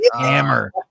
hammer